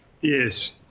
Yes